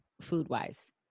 food-wise